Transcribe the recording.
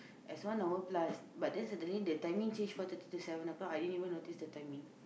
is one hour plus but then suddenly the timing change four thirty to seven o-clock I didn't even notice the timing